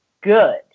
good